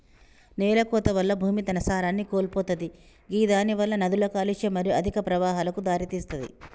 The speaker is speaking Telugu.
నేలకోత వల్ల భూమి తన సారాన్ని కోల్పోతది గిదానివలన నదుల కాలుష్యం మరియు అధిక ప్రవాహాలకు దారితీస్తది